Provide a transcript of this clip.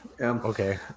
Okay